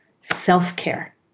self-care